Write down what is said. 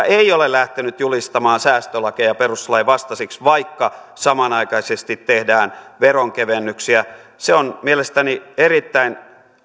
ei ole lähtenyt julistamaan säästölakeja perustuslain vastaisiksi vaikka samanaikaisesti tehdään veronkevennyksiä on mielestäni erittäin